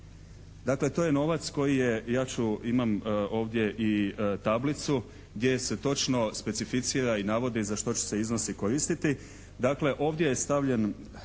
Dakle to je novac koji je, ja ću, imam ovdje i tablicu gdje se točno specificira i navodi za što će se iznosi koristiti.